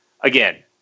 again